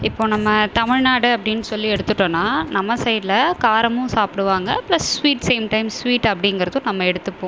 இப்போ நம்ம தமிழ்நாடு அப்படினு சொல்லி எடுத்துட்டோம்னா நம்ம சைடில் காரமும் சாப்பிடுவாங்க plus sweet sometimes sweet அப்படிங்கிறதும் நம்ம எடுத்துப்போம்